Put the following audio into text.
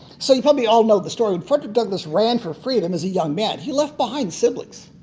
so you probably all know the story. frederick douglass ran for freedom as a young man. he left behind siblings.